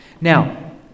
Now